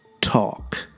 talk